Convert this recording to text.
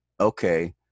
okay